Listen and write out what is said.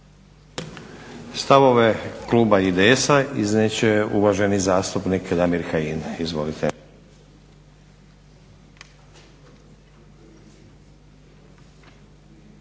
Stavove kluba IDS-a iznijet će uvaženi zastupnik Damir Kajin. Izvolite.